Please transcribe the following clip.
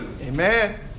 Amen